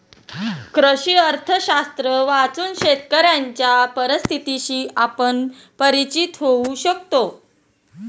कृषी अर्थशास्त्र वाचून शेतकऱ्यांच्या परिस्थितीशी आपण परिचित होऊ शकतो